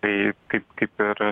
tai kaip kaip ir